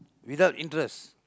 without interest